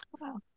wow